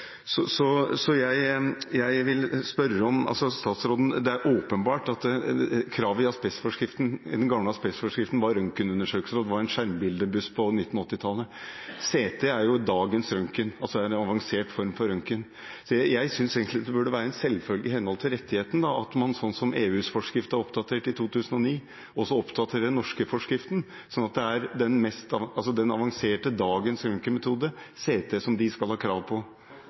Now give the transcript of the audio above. Så jeg vil spørre statsråden: Det er åpenbart at kravet i den gamle asbestforskriften var røntgenundersøkelser, og det var en skjermbildebuss på 1980-tallet. CT er jo dagens røntgen, altså en avansert form for røntgen, så jeg synes egentlig det burde være en selvfølge i henhold til rettigheten at man slik EUs forskrift ble oppdatert i 2009, også oppdaterer den norske forskriften, slik at det er dagens avanserte røntgenmetode, CT, de skal ha krav på. I kommentardelen til